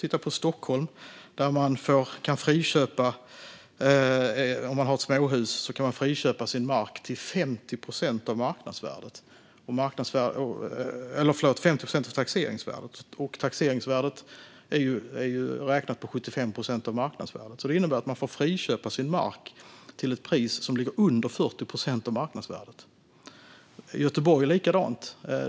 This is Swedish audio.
I Stockholm kan man, om man har ett småhus, friköpa sin mark till 50 procent av taxeringsvärdet. Taxeringsvärdet är räknat på 75 procent av marknadsvärdet, så detta innebär att man får friköpa sin mark till ett pris som ligger under 40 procent av marknadsvärdet. I Göteborg är det likadant.